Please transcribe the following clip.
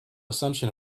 assumption